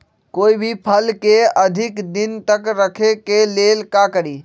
कोई भी फल के अधिक दिन तक रखे के लेल का करी?